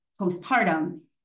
postpartum